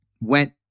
went